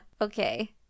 Okay